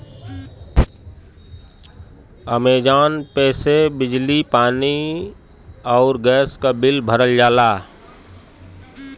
Amazon Pay से बिजली पानी आउर गैस क बिल भरल जाला